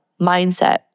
mindset